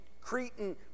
Cretan